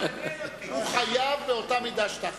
אמרת,